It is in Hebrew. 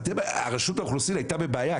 רשות האוכלוסין הייתה בבעיה,